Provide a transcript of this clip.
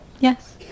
Yes